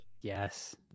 Yes